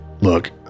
look